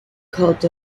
called